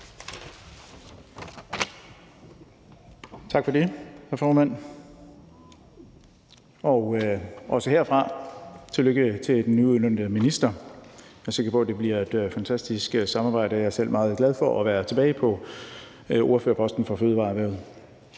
Tak for det, hr. formand. Også herfra tillykke til den nyudnævnte minister. Jeg er sikker på, at det bliver et fantastisk samarbejde, og jeg er selv meget glad for at være tilbage på ordførerposten for fødevareerhvervet.